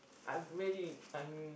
I'm very I'm